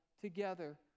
together